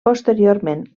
posteriorment